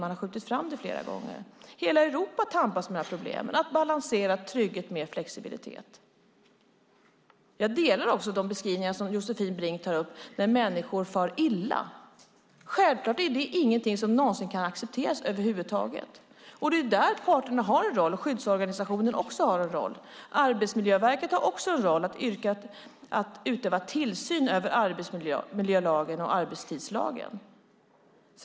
Man har skjutit fram det flera gånger. Hela Europa tampas med problemet att balansera trygghet med flexibilitet. Jag delar också de beskrivningar som Josefin Brink gör av människor som far illa. Självklart är det ingenting som någonsin kan accepteras över huvud taget. Det är där parterna och också skyddsorganisationen har en roll. Arbetsmiljöverket har också en roll att utöva tillsyn över arbetsmiljölagen och arbetstidslagen.